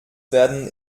werden